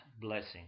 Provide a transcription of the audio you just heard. blessing